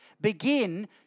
begin